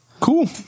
Cool